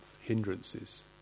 hindrances